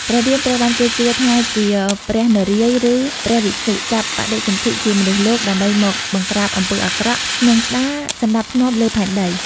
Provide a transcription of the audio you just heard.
ព្រះរាមត្រូវបានគេជឿថាជាព្រះនរាយណ៍ ឬព្រះវិស្ណុ ចាប់បដិសន្ធិជាមនុស្សលោក ដើម្បីមកបង្រ្កាបអំពើអាក្រក់ និងស្ដារសណ្ដាប់ធ្នាប់លើផែនដី ។